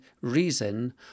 reason